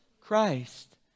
Christ